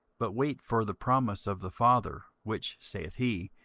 but wait for the promise of the father, which, saith he,